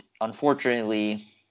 unfortunately